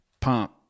pump